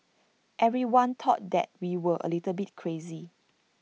everyone thought that we were A little bit crazy